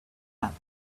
hat